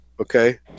Okay